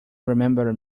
remember